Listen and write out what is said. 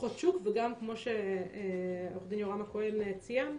כוחות שוק וגם כמו שעו"ד יורם הכהן ציין,